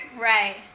Right